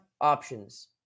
options